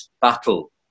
battle